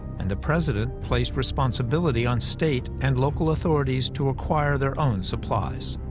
and the president placed responsibility on state and local authorities to acquire their own supplies.